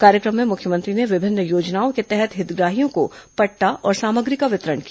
कार्यक्रम में मुख्यमंत्री ने विभिन्न योजनाओं के तहत हितग्राहियों को पटटा और साम्रगी का वितरण किया